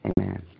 Amen